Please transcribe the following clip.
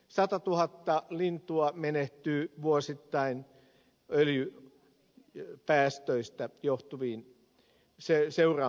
satatuhatta lintua menehtyy vuosittain öljypäästöistä johtuviin seuraamuksiin